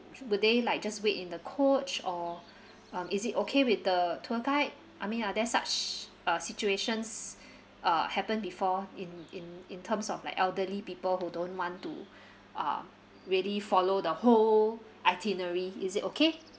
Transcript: would they like just wait in the coach or um is it okay with the tour guide I mean are there such uh situations uh happened before in in in terms of like elderly people who don't want to uh really follow the whole itinerary is it okay